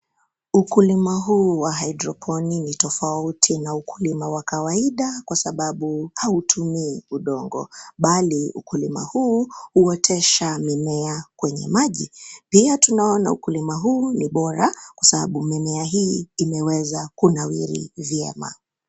Ukulima huu wa haidroponi ni tofauti na ukulima wa kawaida kwa sababu hautumii udongo; bali ukulima huu huotesha mimea kwenye maji. Pia tunaona ukulima huu ni bora kwa sababu mimea hii imeweza kunawiri vyema.